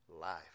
Life